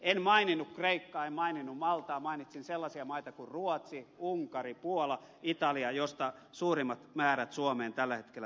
en maininnut kreikkaa en maininnut maltaa mainitsin sellaisia maita kuin ruotsi unkari puola italia joista suurimmat määrät suomeen tällä hetkellä tulevat